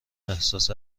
احساس